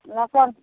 ओकर